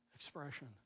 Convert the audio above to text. expression